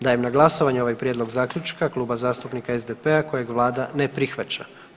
Dajem na glasovanje ovaj prijedlog zaključka Kluba zastupnika SDP-a kojeg vlada ne prihvaća.